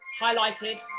highlighted